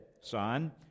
Son